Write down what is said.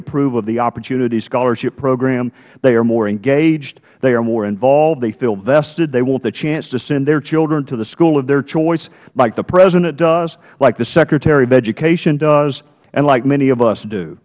approve of the opportunity scholarship program they are more engaged they are more involved they feel vested they want the chance to send their children to the school of their choice like the president does like the secretary of education does and like many of us do